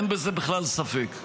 אין בזה בכלל ספק.